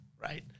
right